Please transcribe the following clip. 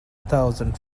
thousand